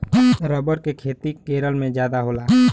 rubber के खेती केरल में जादा होला